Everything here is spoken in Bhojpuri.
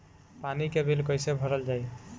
पानी के बिल कैसे भरल जाइ?